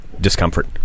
discomfort